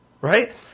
right